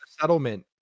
settlement